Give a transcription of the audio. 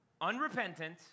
Unrepentant